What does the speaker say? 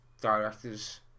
directors